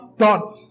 thoughts